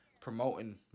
promoting